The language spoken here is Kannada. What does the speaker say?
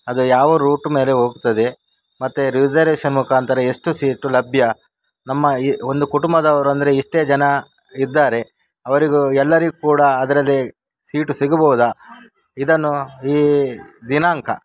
ಅದು ಯಾವ ರೂಟ್ ಮೇಲೆ ಹೋಗ್ತದೆ ಮತ್ತು ರಿಸರ್ವೇಶನ್ ಮುಖಾಂತರ ಎಷ್ಟು ಸೀಟು ಲಭ್ಯ ನಮ್ಮ ಈ ಒಂದು ಕುಟುಂಬದವ್ರು ಅಂದರೆ ಇಷ್ಟೇ ಜನ ಇದ್ದಾರೆ ಅವರಿಗೂ ಎಲ್ಲರಿಗೂ ಕೂಡ ಅದರಲ್ಲಿ ಸೀಟು ಸಿಗಬೋದಾ ಇದನ್ನು ಈ ದಿನಾಂಕ